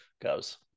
goes